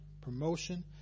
promotion